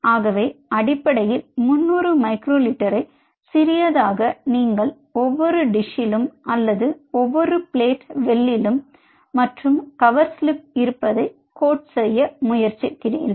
ஆகவே அடிப்படையில் 300 மைக்ரோ லிட்டரை சிறியதாக நீங்கள் ஒவ்வொரு டிஷிலும் அல்லது ஒவ்வொரு பிளேட் வெல் மற்றும் கவர் ஸ்லிப் இருப்பதை கோட் பண்ண முயற்சிக்கிறீர்கள்